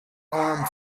arm